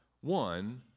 one